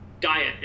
diet